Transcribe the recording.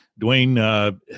Dwayne